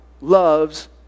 loves